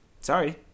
sorry